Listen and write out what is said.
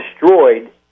destroyed